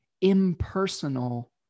impersonal